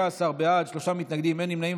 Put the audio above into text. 16 בעד, שלושה מתנגדים, אין נמנעים.